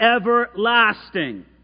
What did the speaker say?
everlasting